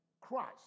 Christ